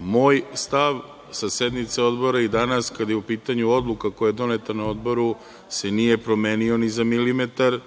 Moj je stav sa sednice Odbora i danas kada je u pitanju odluka koja je doneta na Odboru se nije promenio ni za milimetar